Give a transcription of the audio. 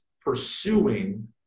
pursuing